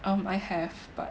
um I have but